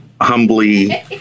humbly